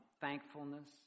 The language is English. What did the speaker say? thankfulness